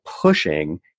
pushing